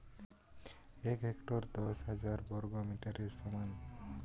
এক হেক্টর দশ হাজার বর্গমিটারের সমান